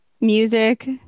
music